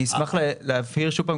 אני אשמח שוב פעם להבהיר,